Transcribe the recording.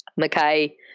McKay